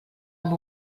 amb